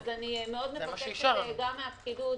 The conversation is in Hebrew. אני מאוד מבקשת גם מהפקידות,